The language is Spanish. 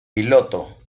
piloto